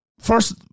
first